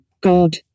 God